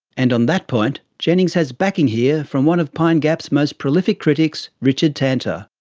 and on that point, jennings has backing here from one of pine gap's most prolific critics, richard tanter.